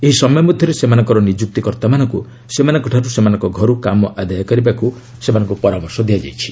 ଏହି ସମୟ ମଧ୍ୟରେ ସେମାନଙ୍କର ନିଯୁକ୍ତିକର୍ତ୍ତାମାନଙ୍କୁ ସେମାନଙ୍କଠାରୁ ସେମାନଙ୍କ ଘରୁ କାମ ଆଦାୟ କରିବାକୁ ପରାମର୍ଶ ଦିଆଯାଇଛି